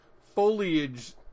foliage